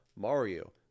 Mario